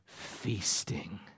feasting